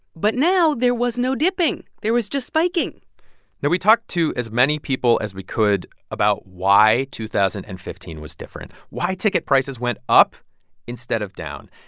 but now there was no dipping. there was just spiking now we talked to as many people as we could about why two thousand and fifteen was different why ticket prices went up instead of down.